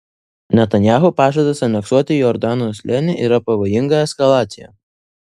netanyahu pažadas aneksuoti jordano slėnį yra pavojinga eskalacija